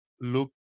look